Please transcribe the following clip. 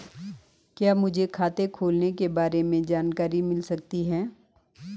क्या मुझे खाते खोलने के बारे में जानकारी मिल सकती है?